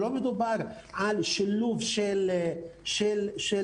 לא מדובר על שילוב של פרטים,